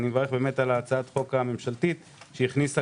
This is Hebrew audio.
אני מברך על הצעת החוק הממשלתית שהכניסה